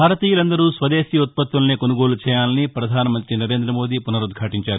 భారతీయులందరూ స్వదేశీ ఉత్పత్తులనే కొసుగోలు చేయాలని పధానమంతి నరేందమోదీ పునరుద్భాటించారు